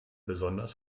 besonders